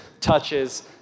touches